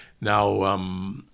Now